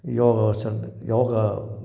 யோகாசன் yoga